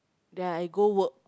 then I go work